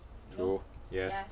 true yes